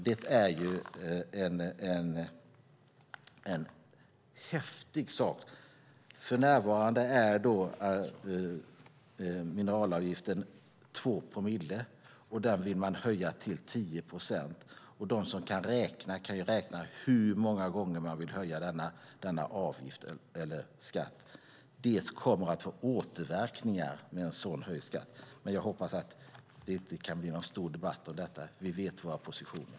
Det är en häftig sak. För närvarande är mineralavgiften 2 promille, och den vill man höja till 10 procent. De som kan räkna kan räkna ut hur många gånger man vill höja denna avgift eller skatt. En sådan höjning av skatten kommer att få återverkningar, men jag hoppas att det inte blir någon stor debatt av detta. Vi vet våra positioner.